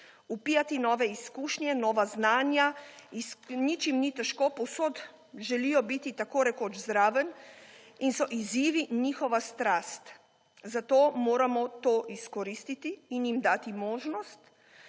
vpijati nove izkušnje, nova znanja, nič jim ni težko povsod želijo biti tako rekoč zraven in so izzivi njihova strast, zato moramo to izkoristiti in jim dati možnost,